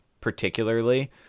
particularly